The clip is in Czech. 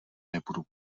nebudu